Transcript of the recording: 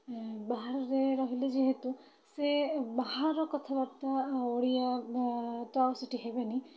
ବାହାରରେ ରହିଲେ ଯେହେତୁ ସେ ବାହାର କଥାବାର୍ତ୍ତା ଓଡ଼ିଆ ତ ଆଉ ସେଠି ହେବେନି